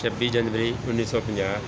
ਛੱਬੀ ਜਨਵਰੀ ਉੱਨੀ ਸੌ ਪੰਜਾਹ